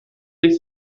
durch